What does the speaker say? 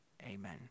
Amen